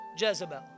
Jezebel